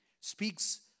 speaks